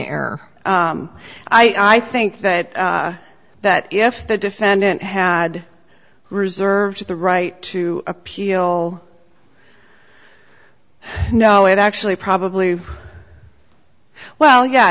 error i think that that if the defendant had reserved the right to appeal no it actually probably well yeah